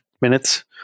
minutes